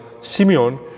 Simeon